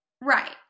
Right